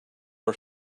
are